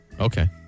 Okay